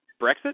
Brexit